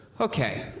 Okay